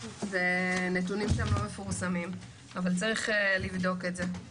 אלה נתונים שלא מפורסמים אבל צריך לבדוק את זה.